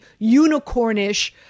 unicornish